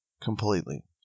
Completely